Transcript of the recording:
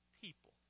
people